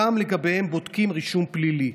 גם לגביהם בודקים רישום פלילי.